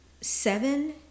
seven